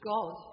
God